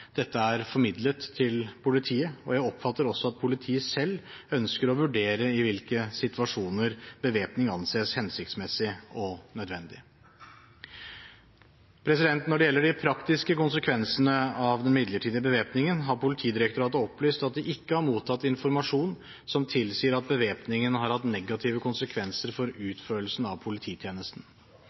Dette er formidlet til politiet, og jeg oppfatter at også politiet selv ønsker å vurdere i hvilke situasjoner bevæpning anses hensiktsmessig og nødvendig. Når det gjelder de praktiske konsekvensene av den midlertidige bevæpningen, har Politidirektoratet opplyst at de ikke har mottatt informasjon som tilsier at bevæpningen har hatt negative konsekvenser for utførelsen av polititjenesten.